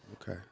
Okay